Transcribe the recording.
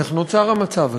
איך נוצר המצב הזה?